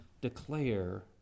declare